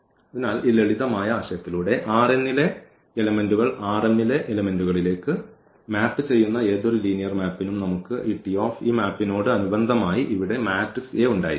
അതിനാൽ ഈ ലളിതമായ ആശയത്തിലൂടെ ലെ എലെമെന്റുകൾ ലെ എലെമെന്റുകളിലേക്ക് മാപ്പ് ചെയ്യുന്ന ഏതൊരു ലീനിയർ മാപ്പിനും നമുക്ക് ഈ മാപ്പിനോട് അനുബന്ധമായി ഇവിടെ മാട്രിക്സ് ഉണ്ടായിരിക്കാം